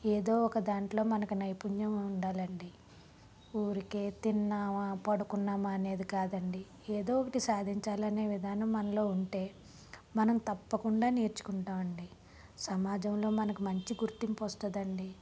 ఏదో ఒక దాంట్లో మనకి నైపుణ్యం ఉండాలి అండి ఊరికే తిన్నామా పడుకున్నామా అనేది కాదండి ఏదో ఒకటి సాధించాలి అనే విధానం మనలో ఉంటే మనం తప్పకుండా నేర్చుకుంటాం అండి సమాజంలో మనకి మంచి గుర్తింపు వస్తుంది అండి